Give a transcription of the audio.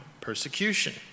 persecution